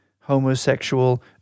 homosexual